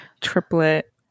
triplet